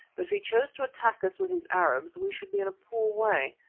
but if he chose to attack us with his arabs we should be in a poor way.